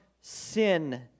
sin